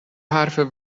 حرف